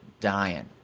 Dying